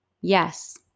Yes